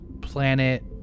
planet